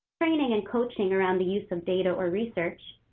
training and coaching around the use of data or research,